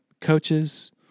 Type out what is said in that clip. coaches